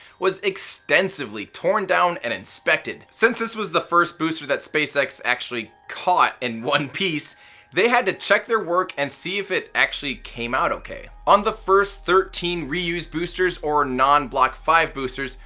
was extensively torn down and inspected. since this was the first booster that spacex actually caught in one piece they had to check their work and see if it actually came out okay. on the first thirteen reused boosters, or non-block five boosters,